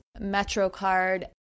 MetroCard